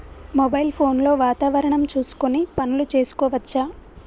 Mobile phone లో వాతావరణం చూసుకొని పనులు చేసుకోవచ్చా?